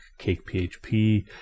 CakePHP